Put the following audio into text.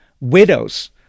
Widows